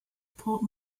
port